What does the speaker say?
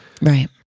Right